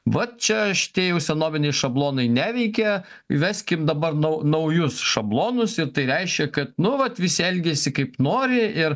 va čia šitie jau senoviniai šablonai neveikia įveskim dabar nau naujus šablonus ir tai reiškia kad nu vat visi elgiasi kaip nori ir